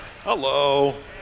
Hello